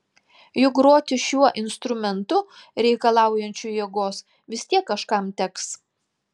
juk groti šiuo instrumentu reikalaujančiu jėgos vis tiek kažkam teks